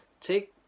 take